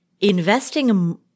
investing